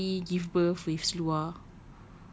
lily give birth with seluar